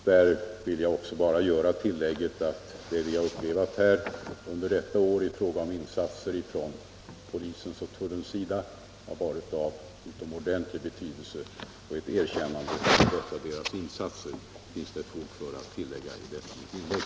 Där vill jag bara göra tillägget att det vi har upplevt under detta år i fråga om insatser från polisens och tullens sida har varit av utomordentlig betydelse, och ett erkännande av dessa deras insatser finns det anledning tillfoga i detta mitt inlägg.